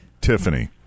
Tiffany